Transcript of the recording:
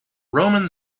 roman